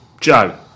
Joe